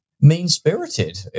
Mean-spirited